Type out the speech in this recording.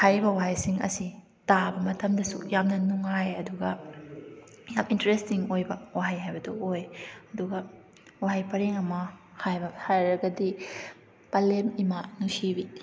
ꯍꯥꯏꯔꯤꯕ ꯋꯥꯍꯩꯁꯤꯡ ꯑꯁꯤ ꯇꯥꯕ ꯃꯇꯝꯗꯁꯨ ꯌꯥꯝꯅ ꯅꯨꯡꯉꯥꯏ ꯑꯗꯨꯒ ꯌꯥꯝ ꯏꯟꯇꯔꯦꯁꯇꯤꯡ ꯑꯣꯏꯕ ꯋꯥꯍꯩ ꯍꯥꯏꯕꯗꯨ ꯑꯣꯏ ꯑꯗꯨꯒ ꯋꯥꯍꯩ ꯄꯔꯦꯡ ꯑꯃ ꯍꯥꯏꯕ ꯍꯥꯏꯔꯒꯗꯤ ꯄꯂꯦꯝ ꯏꯃꯥ ꯅꯨꯡꯁꯤꯕꯤ